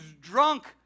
drunk